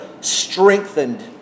strengthened